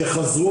שחזרו